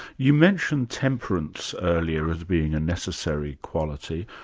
you mentioned temperance earlier as being a necessary quality.